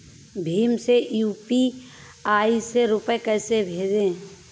भीम से यू.पी.आई में रूपए कैसे भेजें?